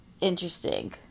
interesting